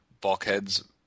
Bulkhead's